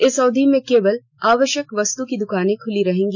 इस अवधि में केवल आवश्यक वस्तु की दुकानें ही खुली रहेंगी